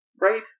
Right